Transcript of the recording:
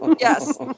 Yes